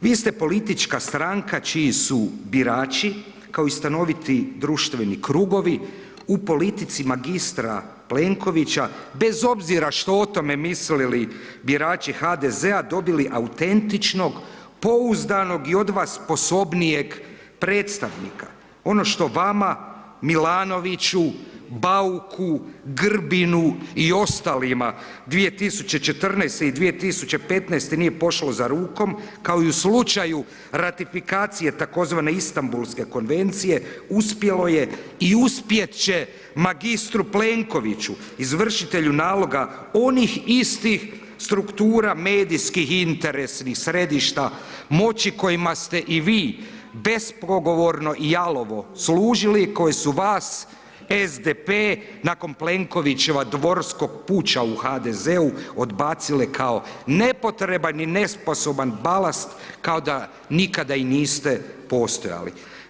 Vi ste politička stranka čiji su birači, kao i stanoviti društveni krugovi, u politici magistra Plenkovića bez obzira što o tome mislili birači HDZ-a dobili autentičnog, pouzdanog i od vas sposobnijeg predstavnika, ono što vama, Milanoviću, Bauku, Grbinu i ostalim 2014. i 2015. nije pošlo za rukom, kao i u slučaju ratifikacije tzv. Istanbulske konvencije, uspjelo je i uspjet će magistru Plenkoviću, izvršitelju naloga onih istih struktura, medijskih interesnih središta moći kojima ste i vi bespogovorno i jalovo služili i koji su vas SDP nakon Plenkovićeva dvorskog puča u HDZ-u odbacile kao nepotreban i nesposoban balast, kao da nikada i niste postojali.